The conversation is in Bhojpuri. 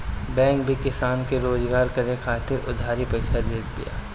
बैंक भी किसान के रोजगार करे खातिर उधारी पईसा देत बिया